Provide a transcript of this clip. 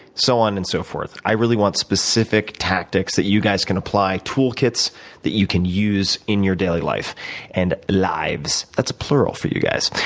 so on and so forth? i really want specific tactics that you guys can apply, tool kits that you can use in your daily life and lives, that's a plural for you guys.